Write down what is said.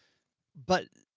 but